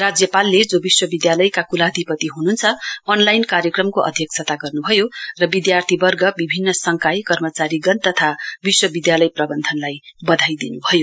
राज्यपालले जो विश्वविद्यालयका कुलाधिपति हुनुहुन्छ अलाइन कार्यक्रमको अध्यक्षता गर्नुभयो र विद्यार्थीवर्ग विभिन्न संकार्य कर्मचारीगण तथा विश्ववद्यालय प्रवन्धनलाई बधाई दिन्भयो